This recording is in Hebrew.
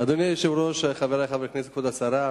אדוני היושב-ראש, חברי חברי הכנסת, כבוד השרה,